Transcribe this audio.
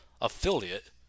affiliate